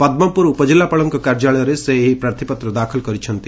ପଦ୍କପ୍ରର ଉପକିଲ୍ଲାପାଳଙ୍କ କାର୍ଯ୍ୟାଳୟରେ ସେ ଏହି ପ୍ରାର୍ଥ୍ପତ୍ର ଦାଖଲ କରିଛନ୍ତି